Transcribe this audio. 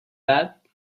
that